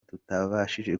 tutabashije